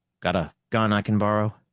got a gun i can borrow?